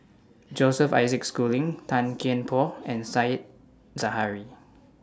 Joseph Isaac Schooling Tan Kian Por and Said Zahari